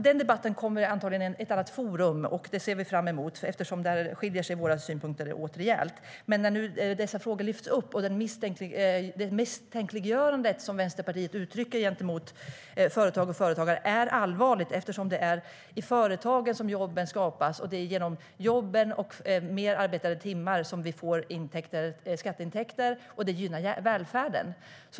Den debatten kommer säkert i ett annat forum, och den ser vi fram emot, eftersom våra synpunkter här skiljer sig åt rejält. Men dessa frågor lyfts nu upp av Vänsterpartiet som misstänkliggör företag och företagande. Det är allvarligt eftersom det är i företagen som jobben skapas, och det är genom jobben och fler arbetade timmar som vi får skatteintäkter, vilket gynnar välfärden.